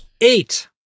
Eight